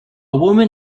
woman